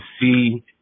see